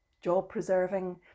job-preserving